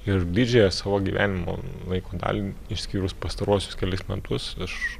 ir didžiąją savo gyvenimo laiko dalį išskyrus pastaruosius kelis metus aš